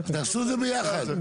תעשו את זה ביחד.